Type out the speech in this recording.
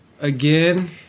again